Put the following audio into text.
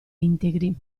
integri